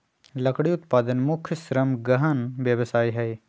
लकड़ी उत्पादन मुख्य श्रम गहन व्यवसाय हइ